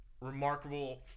remarkable